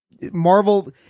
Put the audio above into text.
Marvel